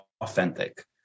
authentic